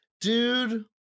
dude